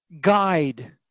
guide